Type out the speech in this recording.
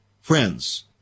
Friends